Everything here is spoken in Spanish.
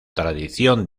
tradición